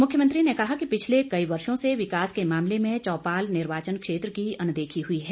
मुख्यमंत्री ने कहा कि पिछले कई वर्षो से विकास को मामले में चौपाल निर्वाचन क्षेत्र की अनदेखी हुई है